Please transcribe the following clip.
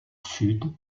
sud